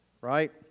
right